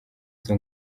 izo